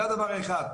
וזה דבר אחד.